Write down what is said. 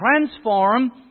transform